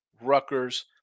Rutgers